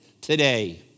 today